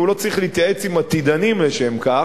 והוא לא צריך להתייעץ עם עתידנים לשם כך,